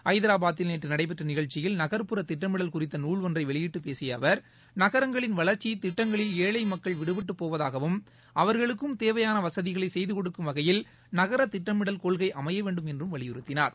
ஐதராபாதில் நேற்று நடைபெற்ற நிகழ்ச்சியில் நகர்ப்புற திட்டமிடல் குறித்த நூல் ஒன்றை வெளியிட்டுப் பேசிய அவர் நகரங்களின் வளர்ச்சி திட்டங்களில் ஏழை மக்கள் விடுபட்டு போவதாகவும் அவர்களுக்கும் தேவையான வசதிகளை செய்து கொடுக்கும் வகையில் நகர திட்டமிடல் கொள்கை அமைய வேண்டும் என்றும் வலியுறுத்தினார்